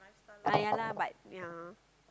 ah ya lah but ya